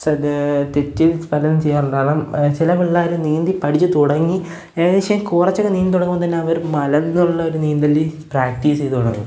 തെറ്റ് പലതും ചെയ്യാറുണ്ട് കാരണം ചില പിള്ളേര് നീന്തി പഠിച്ച് തുടങ്ങി ഏകദേശം കുറച്ചൊക്കെ നീന്തിത്തുടങ്ങുമ്പോള്ത്തന്നെ അവർ മലർന്നുള്ളൊരു നീന്തല് പ്രാക്റ്റീസ് ചെയ്തുതുടങ്ങും